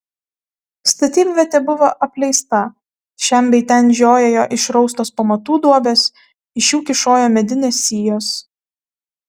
statybvietė buvo apleista šen bei ten žiojėjo išraustos pamatų duobės iš jų kyšojo medinės sijos